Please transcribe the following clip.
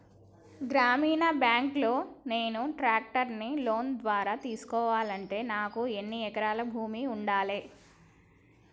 గ్రామీణ బ్యాంక్ లో నేను ట్రాక్టర్ను లోన్ ద్వారా తీసుకోవాలంటే నాకు ఎన్ని ఎకరాల భూమి ఉండాలే?